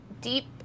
deep